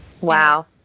wow